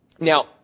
Now